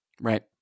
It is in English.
Right